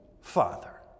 father